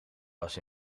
was